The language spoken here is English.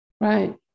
Right